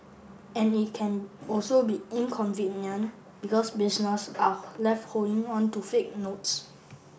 and it can also be inconvenient because businesses are left holding on to fake notes